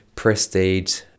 prestige